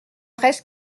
reste